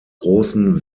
großen